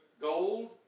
gold